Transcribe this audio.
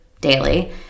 daily